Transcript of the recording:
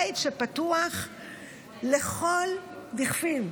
בית שפתוח לכל דכפין,